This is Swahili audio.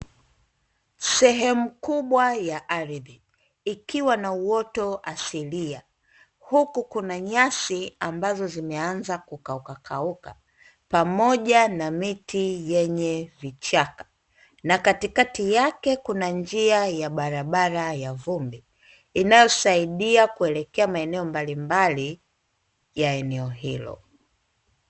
Sehemu kubwa ya ardhi ikiwa na uoto asilia, huku kuna nyasi ambazo zimeanza kukaukakauka, pamoja na miti yenye vichaka. Na katikati yake kuna njia ya barabara ya vumbi inayosaidia kuelekea maeneo mbalimbali ya eneo hilo.